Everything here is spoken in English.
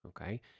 okay